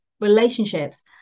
Relationships